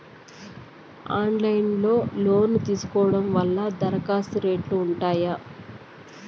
Online లో loan తీసుకోవడం వల్ల దరఖాస్తు రేట్లు ఉంటాయా?